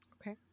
Okay